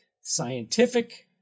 scientific